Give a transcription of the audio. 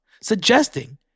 Suggesting